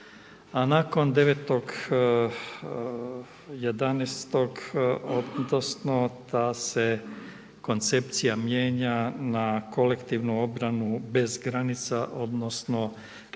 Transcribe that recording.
A nakon 9.11. odnosno ta se koncepcija mijenja na kolektivnu obranu bez granica, odnosno